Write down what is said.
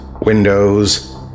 windows